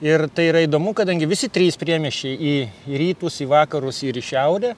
ir tai yra įdomu kadangi visi trys priemiesčiai į į rytus į vakarus ir į šiaurę